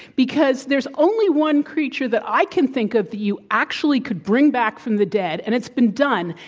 because there's only one creature that i can think of you actually could bring back from the dead, and it's been done,